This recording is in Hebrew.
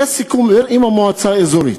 היה סיכום עם המועצה האזורית,